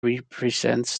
represents